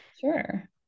Sure